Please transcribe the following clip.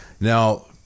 Now